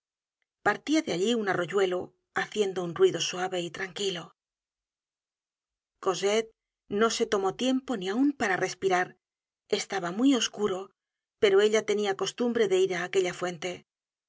partia de allí un arroyuelo haciendo un ruido suave y tranquilo cosette no se tomó tiempo ni aun para respirar estaba muy oscuro pero ella tenia costumbre de ir á aquella fuente